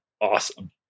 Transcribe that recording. awesome